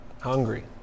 hungry